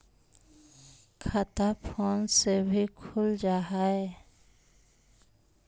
खाता फोन से भी खुल जाहै?